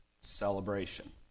celebration